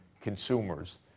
consumers